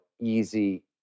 easy